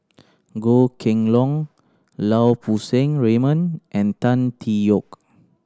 Goh Kheng Long Lau Poo Seng Raymond and Tan Tee Yoke